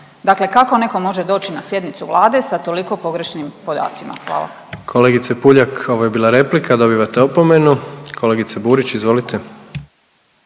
Dakle, kako netko može doći sjednicu Vlade sa toliko pogrešnim podacima? Hvala. **Jandroković, Gordan (HDZ)** Kolegice Puljak, ovo je bila replika dobivate opomenu. Kolegice Burić, izvolite.